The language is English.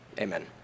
Amen